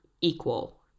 equal